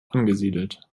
angesiedelt